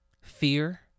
fear